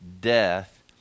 death